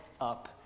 up